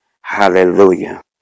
Hallelujah